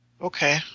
Okay